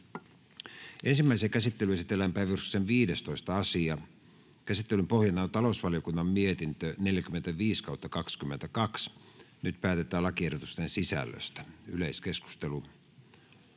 Ensimmäiseen käsittelyyn esitellään päiväjärjestyksen 14. asia. Käsittelyn pohjana on ympäristövaliokunnan mietintö YmVM 26/2022 vp. Nyt päätetään lakiehdotusten sisällöstä. — Yleiskeskustelu.